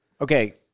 okay